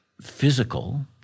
physical